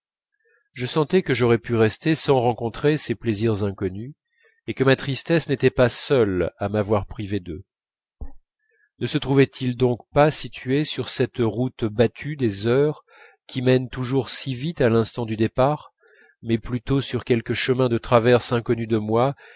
je sentais que j'aurais pu rester sans rencontrer ces plaisirs inconnus et que ma tristesse n'était pas seule à m'avoir privé d'eux ne se trouvaient ils donc pas situés sur cette route battue des heures qui mènent toujours si vite à l'instant du départ mais plutôt sur quelque chemin de traverse inconnu de moi